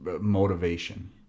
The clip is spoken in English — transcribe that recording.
motivation